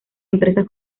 empresas